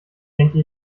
denke